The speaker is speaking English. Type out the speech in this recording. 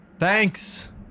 Thanks